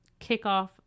kickoff